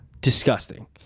Disgusting